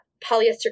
polyester